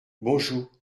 bonjou